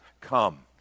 come